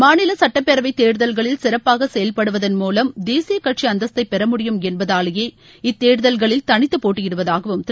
மாநில சுட்டப்பேரவை தேர்தல்களில் சிறப்பாக செயல்படுவதள் மூலம் தேசிய கட்சி அந்தஸ்தை பெற முடியும் என்பதாலேயே இத்தேர்தல்களில் தனித்தப்போட்டியிடுவதாக திரு